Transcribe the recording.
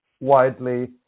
widely